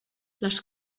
les